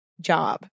job